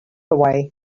away